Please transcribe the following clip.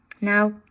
Now